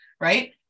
right